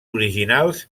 originals